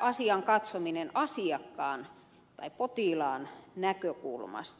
asian katsominen asiakkaan tai potilaan näkökulmasta